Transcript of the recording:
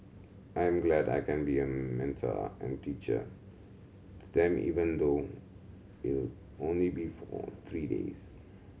I am glad I can be a mentor and teacher to them even though it'll only be for three days